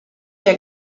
der